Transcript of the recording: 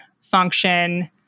function